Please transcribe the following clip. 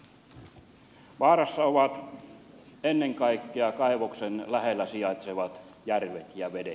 vaarassa ovat ennen kaikkea kaivoksen lähellä sijaitsevat järvet ja vedet